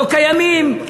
לא קיימים,